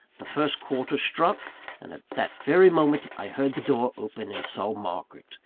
the first quarter struck and at that very moment i heard the door open, and saw margaret,